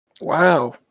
Wow